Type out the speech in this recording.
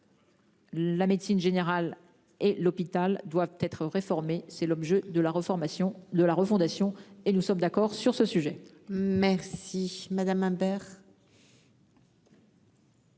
La médecine générale et l'hôpital doivent être réformé. C'est l'objet de la reformation de la refondation et nous sommes d'accord sur ce sujet. Merci Madame Imbert.